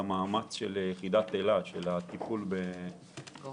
למאמץ של יחידת "אלה" היחידה שמטפלת בקורונה.